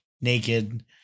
naked